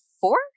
four